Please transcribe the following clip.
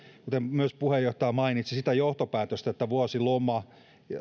myös puheenjohtaja mainitsi sitä johtopäätöstä että vuosilomaa